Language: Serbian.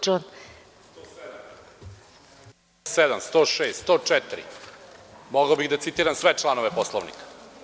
Članovi 107, 106, 104, mogao bih da citiram sve članove Poslovnika.